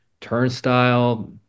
Turnstile